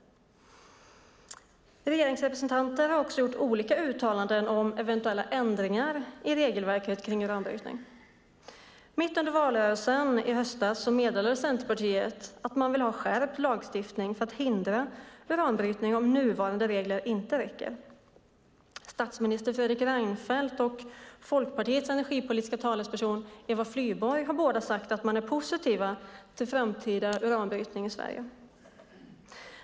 Regeringsrepresentanter har också gjort olika uttalanden om eventuella ändringar i regelverket för uranbrytning. Mitt under valrörelsen i höstas meddelade Centerpartiet att man vill ha skärpt lagstiftning för att hindra uranbrytning om nuvarande regler inte räcker. Statsminister Fredrik Reinfeldt och Folkpartiets energipolitiska talesperson Eva Flyborg har båda sagt att de är positiva till framtida uranbrytning i Sverige.